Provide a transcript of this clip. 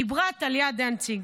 דיברה טליה דנציג,